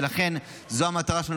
ולכן זו המטרה שלנו,